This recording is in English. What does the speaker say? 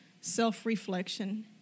self-reflection